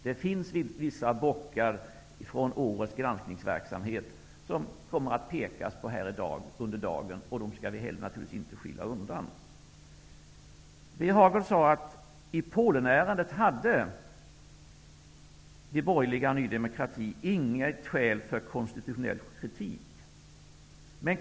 Det finns vissa bockar från årets granskningsverksamhet som det kommer att pekas på under dagen. Dem skall vi naturligtvis inte skyla undan. Birger Hagård sade att i Polenärendet hade de borgerliga och Ny demokrati inget skäl för konstitutionell kritik.